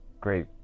great